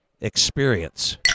Experience